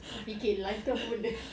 tengah fikir life tu apa benda